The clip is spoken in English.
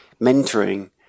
mentoring